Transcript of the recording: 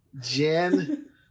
Jen